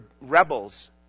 rebels